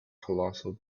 colossal